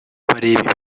bareba